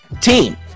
team